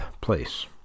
place